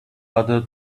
other